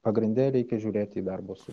pagrinde reikia žiūrėti į darbo su